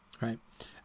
right